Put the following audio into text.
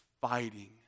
fighting